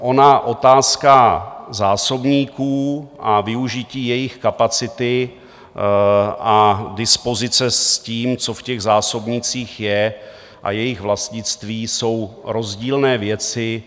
Ona otázka zásobníků a využití jejich kapacity a dispozice s tím, co v těch zásobnících je, a jejich vlastnictví jsou rozdílné věci.